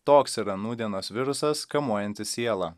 toks yra nūdienos virusas kamuojantis sielą